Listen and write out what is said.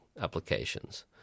applications